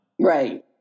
Right